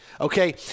Okay